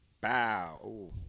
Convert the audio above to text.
Bow